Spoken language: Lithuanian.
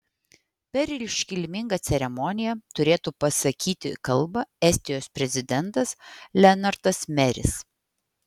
per iškilmingą ceremoniją turėtų pasakyti kalbą estijos prezidentas lenartas meris